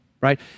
right